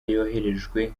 yohererejwe